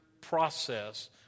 process